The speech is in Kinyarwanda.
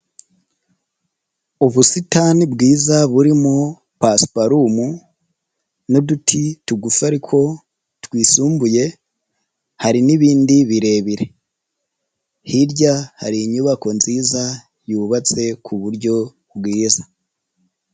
Ubusitani bwiza burimo pasuparumu n'uduti tugufi ariko twisumbuye hari n'ibindi birebire, hirya hari inyubako nziza yubatse ku buryo bwiza.